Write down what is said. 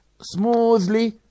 smoothly